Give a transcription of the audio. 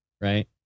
Right